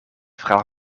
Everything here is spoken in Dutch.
verhaal